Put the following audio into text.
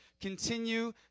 continue